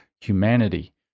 humanity